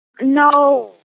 no